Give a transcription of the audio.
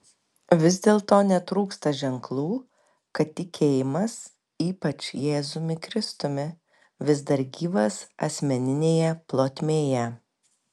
vis dėlto netrūksta ženklų kad tikėjimas ypač jėzumi kristumi vis dar gyvas asmeninėje plotmėje